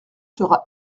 sera